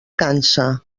cansa